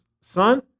son